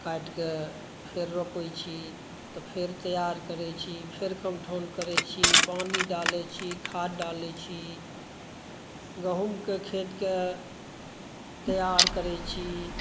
काटिके फेर रोपै छी तऽ फेर तैआर करै छी फेर कंठौन करै छी पानि डालै छी खाद डालै छी गहूॅंमक खेतके तैआर करै छी